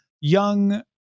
young